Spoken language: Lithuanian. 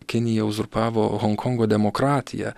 kinija uzurpavo honkongo demokratiją